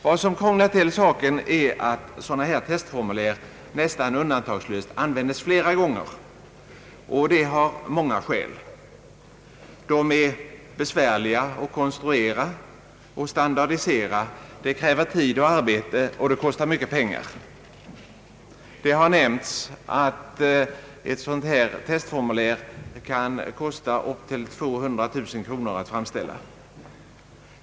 Vad som krånglar till saken är att sådana här testformulär nästan undantagslöst används flera gånger, och detta av många skäl. De är besvärliga att konstruera och standardisera. Det kräver tid, arbete och stora kostnader. Det har nämnts att ett testformulär kan kosta upp till 200 000 kronor att framställa.